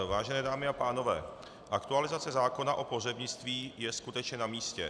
Vážené dámy a pánové, aktualizace zákona o pohřebnictví je skutečně na místě.